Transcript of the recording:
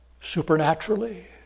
Supernaturally